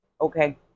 okay